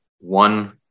one